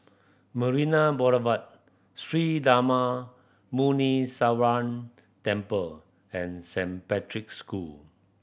Marina Boulevard Sri Darma Muneeswaran Temple and Saint Patrick's School